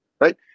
right